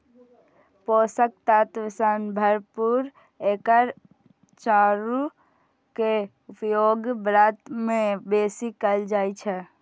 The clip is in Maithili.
पोषक तत्व सं भरपूर एकर चाउर के उपयोग व्रत मे बेसी कैल जाइ छै